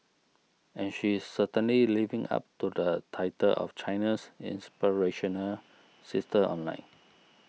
and she is certainly living up to the title of China's inspirational sister online